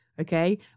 Okay